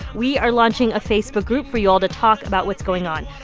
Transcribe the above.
we are launching a facebook group for you all to talk about what's going on.